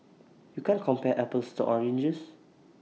you can't compare apples to oranges